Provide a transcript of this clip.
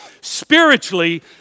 spiritually